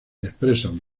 expresan